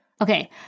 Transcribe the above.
Okay